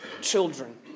children